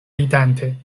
ridante